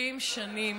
70 שנים